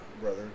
brother